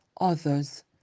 others